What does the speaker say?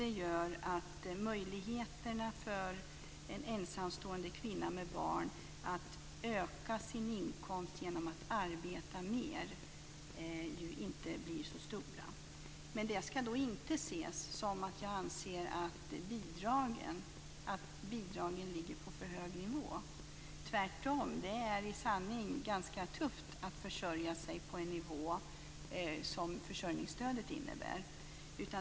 Det gör att möjligheterna för en ensamstående kvinna med barn att öka sin inkomst genom att arbeta mera inte är så stora. Men detta ska inte ses som att jag anser att bidragen ligger på för hög nivå. Tvärtom, det är i sanning ganska tufft att försörja sig på den nivå som försörjningsstödet innebär.